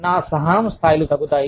నా సహనం స్థాయిలు తగ్గుతాయి